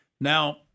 Now